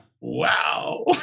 wow